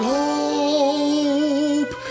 hope